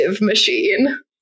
machine